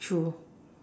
true